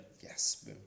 Yes